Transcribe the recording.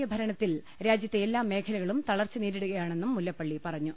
A ഭരണത്തിൽ രാജ്യത്തെ എല്ലാ മേഖ ലകളും തളർച്ച നേരിടുകയാണെന്നും മുല്ലപ്പള്ളി പറഞ്ഞു